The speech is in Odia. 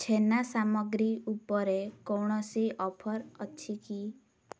ଛେନା ସାମଗ୍ରୀ ଉପରେ କୌଣସି ଅଫର୍ ଅଛି କି